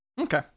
Okay